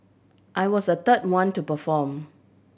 I was the third one to perform